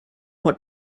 what